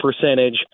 percentage